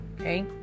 okay